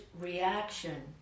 reaction